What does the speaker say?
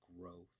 growth